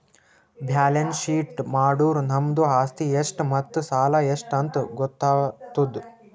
balance sheet ಮಾಡುರ್ ನಮ್ದು ಆಸ್ತಿ ಎಷ್ಟ್ ಮತ್ತ ಸಾಲ ಎಷ್ಟ್ ಅಂತ್ ಗೊತ್ತಾತುದ್